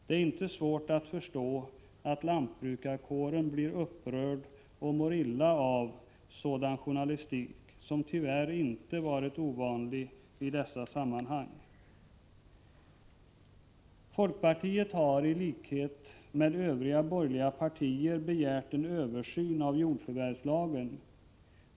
Det är inte svårt att förstå att lantbrukarkåren blir upprörd och mår illa av sådan journalistik, som tyvärr inte har varit ovanlig i dessa sammanhang. Folkpartiet har i likhet med övriga borgerliga partier begärt en översyn av jordförvärvslagen.